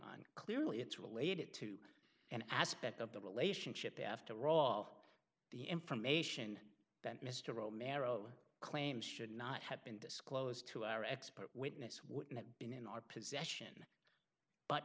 on clearly it's related to an aspect of the relationship after all the information that mr romero claims should not have been disclosed to our expert witness what been in our possession but